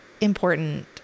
important